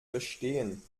verstehen